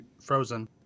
Frozen